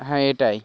হ্যাঁ এটাই